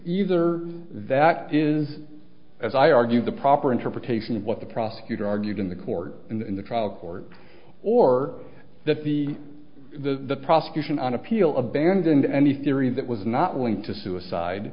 either that is as i argue the proper interpretation of what the prosecutor argued in the court in the trial court or that the the prosecution on appeal abandoned any theory that was not willing to suicide